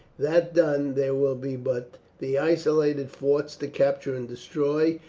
that done, there will be but the isolated forts to capture and destroy,